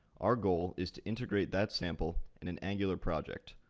our goal is to integrate that sample in an angular project,